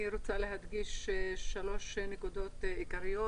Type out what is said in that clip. אני רוצה להדגיש שלוש נקודות עיקריות.